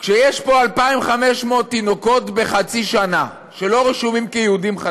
כשיש פה 2,500 תינוקות חדשים בחצי שנה שלא רשומים כיהודים,